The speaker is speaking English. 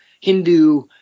Hindu